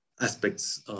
aspects